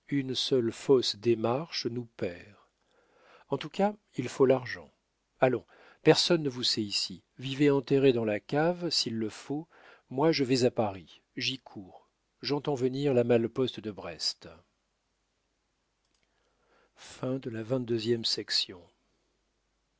une seule fausse démarche nous perd en tout cas il faut l'argent allons personne ne vous sait ici vivez enterré dans la cave s'il le faut moi je vais à paris j'y cours j'entends venir la malle-poste de brest